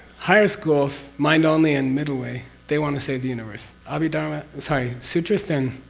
higher schools mind-only and middle way, they want to save the universe. abhidharma. sorry, sutrist and